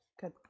Good